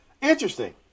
interesting